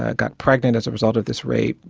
ah got pregnant as a result of this rape,